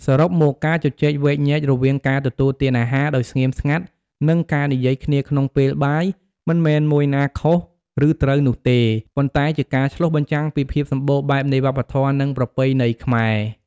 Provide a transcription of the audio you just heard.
សរុបមក ការជជែកវែកញែករវាងការទទួលទានអាហារដោយស្ងៀមស្ងាត់ និងការនិយាយគ្នាក្នុងពេលបាយ មិនមែនមួយណាខុស ឬត្រូវនោះទេ ប៉ុន្តែជាការឆ្លុះបញ្ចាំងពីភាពសម្បូរបែបនៃវប្បធម៌ និងប្រពៃណីខ្មែរ។